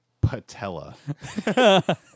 Patella